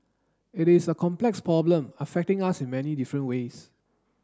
it is a complex problem affecting us in many different ways